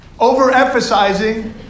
overemphasizing